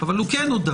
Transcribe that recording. אבל הוא כן הודה.